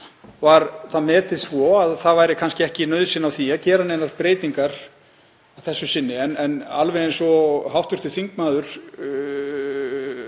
var það metið svo að það væri kannski ekki nauðsyn á því að gera neinar breytingar að þessu sinni. En alveg eins og hv. þm.